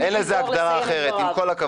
זו אותה שנאה מטורפת כלפי ראש הממשלה מעבירה